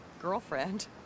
girlfriend